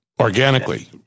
Organically